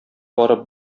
барып